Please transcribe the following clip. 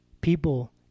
People